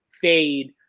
fade